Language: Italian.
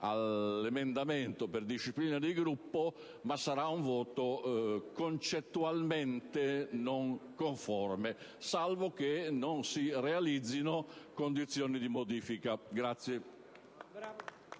dell'emendamento per disciplina di Gruppo, ma il mio voto sarà concettualmente non conforme, salvo che non si realizzino condizioni di modifica.